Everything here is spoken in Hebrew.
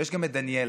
ויש גם את דניאלה.